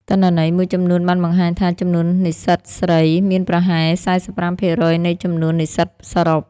ទិន្នន័យមួយចំនួនបានបង្ហាញថា ចំនួននិស្សិតស្រីមានប្រហែល ៤៥% នៃចំនួននិស្សិតសរុប។